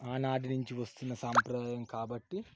ఆనాటి నుంచి వస్తున్న సంప్రదాయం కాబట్టి